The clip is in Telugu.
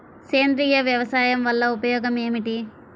సేంద్రీయ వ్యవసాయం వల్ల ఉపయోగం ఏమిటి?